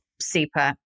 super